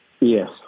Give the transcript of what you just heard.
Yes